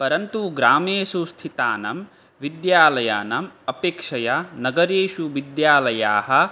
परन्तु ग्रामेषु स्थितानां विद्यालयानाम् अपेक्षया नगरेषु विद्यालयाः